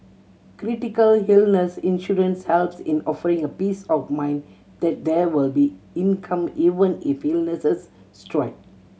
critical illness insurance helps in offering a peace of mind that there will be income even if illnesses strike